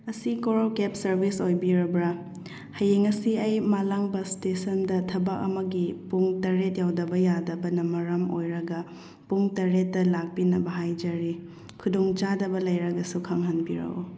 ꯑꯁꯤ ꯀꯣꯔꯧ ꯀꯦꯞ ꯁꯔꯚꯤꯁ ꯑꯣꯏꯕꯤꯔꯕ꯭ꯔ ꯍꯌꯦꯡ ꯑꯁꯤ ꯑꯩ ꯃꯥꯂꯪꯕ ꯁ꯭ꯇꯦꯁꯟꯗ ꯊꯕꯛ ꯑꯃꯒꯤ ꯄꯨꯡ ꯇꯔꯦꯠ ꯌꯧꯗꯕ ꯌꯥꯗꯕꯅ ꯃꯔꯝ ꯑꯣꯏꯔꯒ ꯄꯨꯡ ꯇꯔꯦꯠꯇ ꯂꯥꯛꯄꯤꯅꯕ ꯍꯥꯏꯖꯔꯤ ꯈꯨꯗꯣꯡ ꯆꯥꯗꯕ ꯂꯩꯔꯒꯁꯨ ꯈꯪꯍꯟꯕꯤꯔꯛꯎ